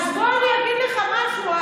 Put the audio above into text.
אז בוא אני אגיד לך משהו.